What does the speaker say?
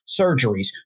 surgeries